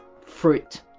fruit